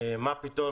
מה פתאום,